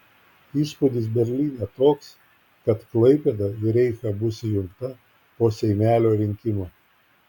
įspūdis berlyne toks kad klaipėda į reichą bus įjungta po seimelio rinkimų